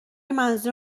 منظور